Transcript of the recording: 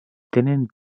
tenen